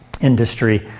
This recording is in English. industry